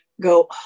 go